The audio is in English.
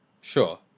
Sure